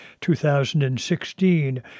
2016